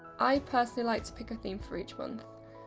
i personally like to pick a theme for each month.